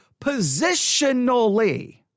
positionally